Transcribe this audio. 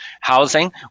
Housing